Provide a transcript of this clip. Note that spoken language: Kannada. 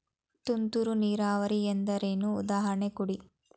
ತುಂತುರು ನೀರಾವರಿ ಎಂದರೇನು, ಉದಾಹರಣೆ ಕೊಡಿ?